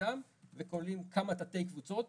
וכוללים כמה תתי קבוצות